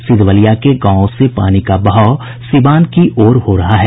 सिधवलिया के गांवों से पानी का बहाव सीवान की ओर हो रहा है